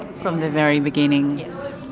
from the very beginning? yes.